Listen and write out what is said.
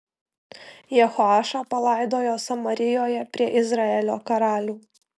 jehoašą palaidojo samarijoje prie izraelio karalių